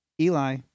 Eli